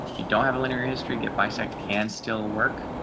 you don't have a linear history get bisect can still work,